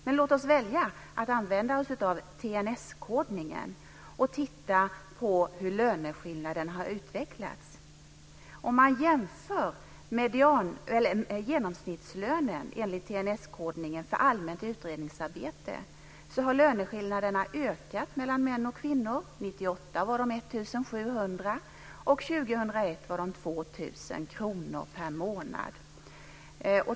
Men låt oss välja att använda oss av TNS-kodningen och titta på hur löneskillnaden har utvecklats. Om man jämför genomsnittslönen för allmänt utredningsarbete enligt TNS-kodningen ser man att löneskillnaden har ökat mellan män och kvinnor. År 1998 var den 1 700 kr och år 2001 var den 2 000 kr per månad.